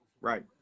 right